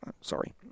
sorry